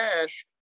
cash